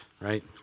right